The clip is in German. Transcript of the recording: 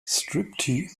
striptease